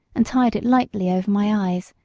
and tied it lightly over my eyes,